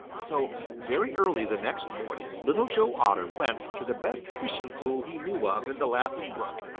so very early the next morning little joe otter went to the best fishing pool he knew of in the laughing brook,